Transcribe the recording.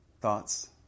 thoughts